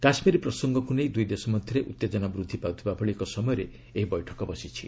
କାଶ୍ମୀର ପ୍ରସଙ୍ଗକୁ ନେଇ ଦୁଇ ଦେଶ ମଧ୍ୟରେ ଉତ୍ତେଜନା ବୃଦ୍ଧି ପାଇଥିବା ଭଳି ଏକ ସମୟରେ ଏହି ବୈଠକ ବସିଛି